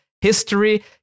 History